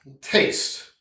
taste